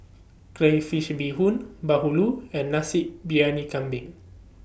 Crayfish Beehoon Bahulu and Nasi Briyani Kambing